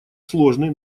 сложный